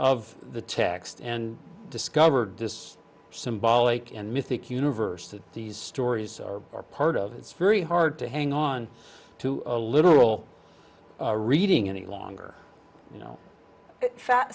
of the text and discovered this symbolic and mythic universe that these stories are part of it's very hard to hang on to a literal reading any longer you know fat